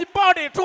body